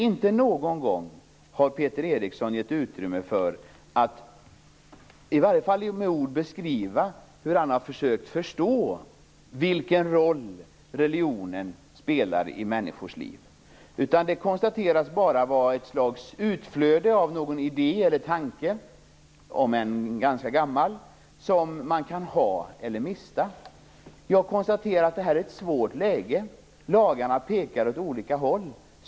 Inte någon gång har Peter Eriksson gett utrymme för att i alla fall med ord beskriva hur han har försökt att förstå vilken roll religionen spelar i människors liv. Det konstateras bara vara ett slags utflöde av någon idé eller tanke, om än ganska gammal, som man kan ha eller mista. Jag kan konstatera att det här är ett svårt läge. Lagarna pekar åt olika håll.